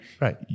Right